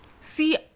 see